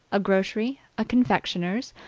a grocery, a confectioner's,